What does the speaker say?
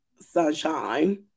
sunshine